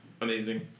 amazing